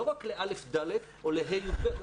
לא רק ל-א'-ד' או ל-ה' עד י"ב.